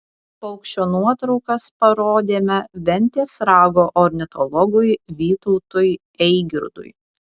paukščio nuotraukas parodėme ventės rago ornitologui vytautui eigirdui